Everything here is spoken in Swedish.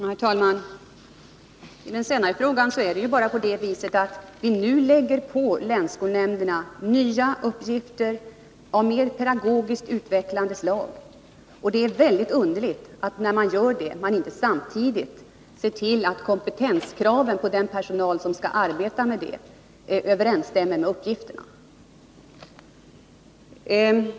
Herr talman! I den senare frågan är det så, att vi nu lägger på länsskolnämnderna nya uppgifter av mer pedagogiskt utvecklande slag. När man gör det är det väldigt underligt att man inte samtidigt ser till att kompetenskraven på den personal som skall arbeta med detta överensstämmer med uppgifterna.